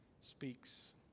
speaks